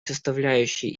составляющей